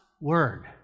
word